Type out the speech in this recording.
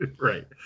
Right